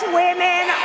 women